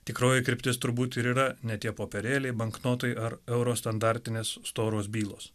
tikroji kryptis turbūt ir yra ne tie popierėliai banknotai ar euro standartinės storos bylos